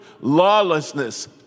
lawlessness